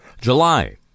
July